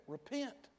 Repent